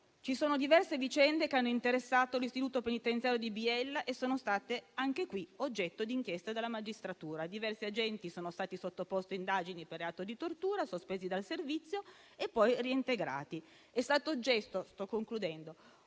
ci sono diverse vicende che hanno interessato l'istituto penitenziario di Biella, che sono state oggetto di inchiesta della magistratura. Diversi agenti sono stati sottoposti a indagini per reato di tortura, sospesi dal servizio e poi reintegrati. È stato oggetto di una